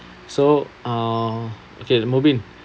so uh okay mubin